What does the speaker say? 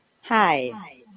Hi